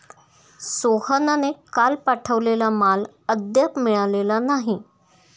सोहनने काल पाठवलेला माल अद्याप मिळालेला नाही